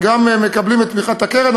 מקבלים את תמיכת הקרן.